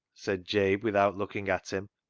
said jabe without looking at him,